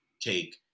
take